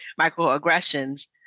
microaggressions